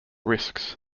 risks